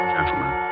Gentlemen